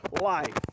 life